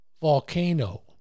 volcano